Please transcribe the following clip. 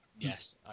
yes